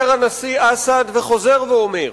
אומר הנשיא אסד, וחוזר ואומר,